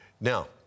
Now